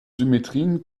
symmetrien